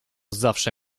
zawsze